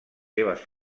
seves